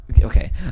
Okay